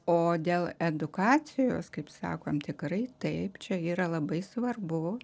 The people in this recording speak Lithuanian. o dėl edukacijos kaip sakom tikrai taip čia yra labai svarbu